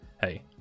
hey